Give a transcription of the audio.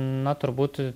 na turbūt